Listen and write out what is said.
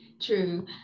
True